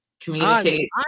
Communicate